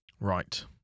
Right